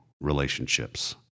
relationships